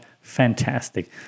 fantastic